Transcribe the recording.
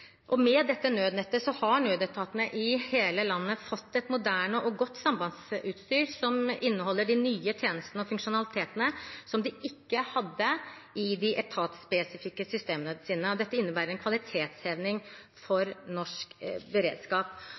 Med dette nødnettet har nødetatene i hele landet fått et moderne og godt sambandsutstyr som inneholder de nye tjenestene og funksjonalitetene som de ikke hadde i de etatspesifikke systemene sine. Dette innebærer en kvalitetsheving for norsk beredskap.